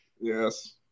Yes